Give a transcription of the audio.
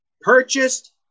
purchased